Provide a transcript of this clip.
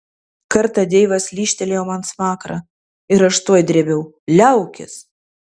kartą deivas lyžtelėjo man smakrą ir aš tuoj drėbiau liaukis